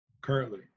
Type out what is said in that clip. Currently